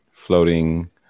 Floating